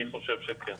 אני חושב שכן.